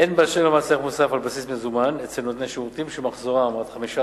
הן באשר למס ערך מוסף על בסיס מזומן אצל נותני שירותי שמחזורם עד 15